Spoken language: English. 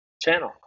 channel